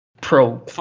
pro